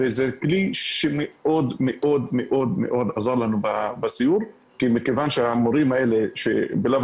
זה כלי שמאוד מאוד עזר לנו בסיור מכיוון שהמורים האלה שבלאו